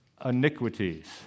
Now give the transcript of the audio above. iniquities